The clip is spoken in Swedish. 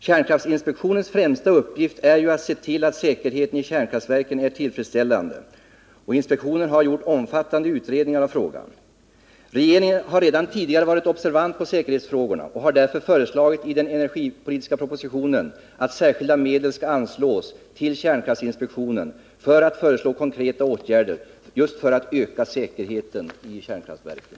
Kärnkraftinspektionens främsta uppgift är att se till att säkerheten vid kärnkraftverken är tillfredsställande, och inspektionen har gjort omfattande utredningar av frågan. Regeringen har redan tidigare varit observant på säkerhetsfrågorna och har därför i den energipolitiska propositionen föreslagit att särskilda medel skall anslås till kärnkraftinspektionen för att den skall kunna föreslå konkreta åtgärder just för att öka säkerheten vid kärnkraftverken.